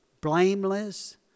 blameless